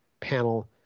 panel